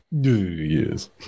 Yes